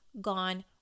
gone